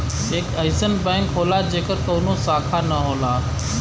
एक अइसन बैंक होला जेकर कउनो शाखा ना होला